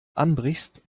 anbrichst